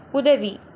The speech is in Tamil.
உதவி